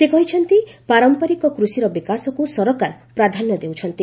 ସେ କହିଛନ୍ତି ପାରମ୍ପରିକ କୃଷିର ବିକାଶକୁ ସରକାର ପ୍ରାଧାନ୍ୟ ଦେଉଛନ୍ତି